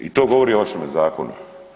I to govori o vašemu zakonu.